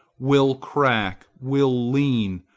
will crack, will lean,